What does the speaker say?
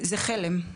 זה חלם.